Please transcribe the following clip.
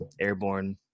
airborne